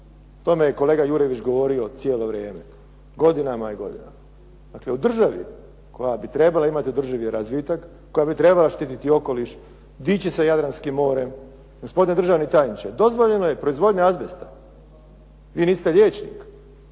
tome je kolega Jurjević govorio cijelo vrijeme, godinama i godinama. Dakle, u državi koja bi trebala imati održivi razvitak, koja bi trebala štititi okoliš, diči se Jadranskim morem. Gospodine državni tajniče, dozvoljena je proizvodnja azbesta. Vi niste liječnik,